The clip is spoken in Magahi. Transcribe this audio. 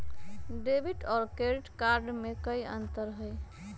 डेबिट और क्रेडिट कार्ड में कई अंतर हई?